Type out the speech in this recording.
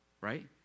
Right